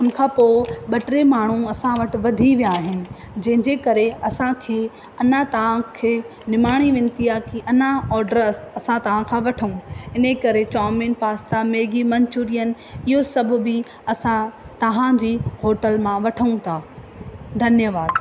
उन खां पोइ ॿ टे माण्हू असां वटि वधी विया आहिनि जंहिंजे करे असांखे अञा तव्हांखे निमाणी वेनती आहे की अञा ऑडर अस असां तव्हांखां वठूं इने करे चउमिन पास्ता मैगी मंचुरियन इहो सभु बि असां तव्हांजी होटल मां वठूं था धन्यवाद